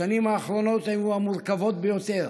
השנים האחרונות היו המורכבות ביותר.